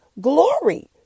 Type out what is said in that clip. glory